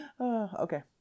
Okay